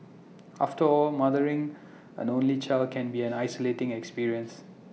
after all mothering an only child can be an isolating experience